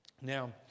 Now